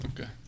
Okay